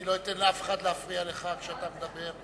אני לא אתן לאף אחד להפריע לך כשאתה מדבר.